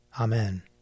Amen